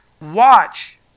Watch